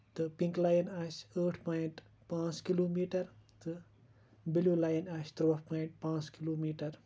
تہٕ pink line آسہِ ٲٹھ پوٚیِنٛٹ پانٛژھ کِلُو مِیٹَر تہٕ بِلِیُو لَایِن آسہِ تُرواہ پویِنٛٹ پانٛژھ کِلُو مِیٹَر